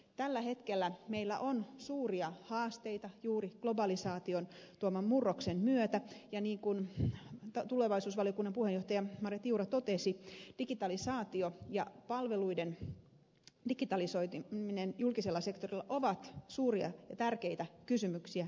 tällä hetkellä meillä on suuria haasteita juuri globalisaation tuoman murroksen myötä ja niin kuin tulevaisuusvaliokunnan puheenjohtaja marja tiura totesi digitalisaatio ja palveluiden digitalisoiminen julkisella sektorilla ovat suuria ja tärkeitä kysymyksiä suomessa